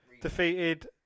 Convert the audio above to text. defeated